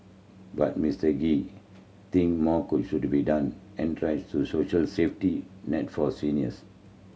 but Mister Gee think more could should be done to social safety net for seniors